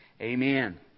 Amen